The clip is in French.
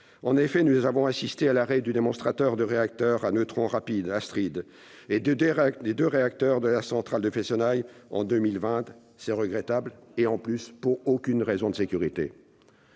En effet, nous avons assisté à l'arrêt du démonstrateur de réacteur à neutrons rapides Astrid, en 2019, et des deux réacteurs de la centrale de Fessenheim, en 2020 : c'est regrettable, d'autant qu'aucune raison de sécurité